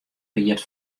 ried